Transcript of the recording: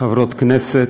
חברות כנסת,